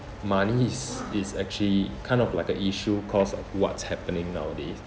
money is is actually kind of like a issue cause of what's happening nowadays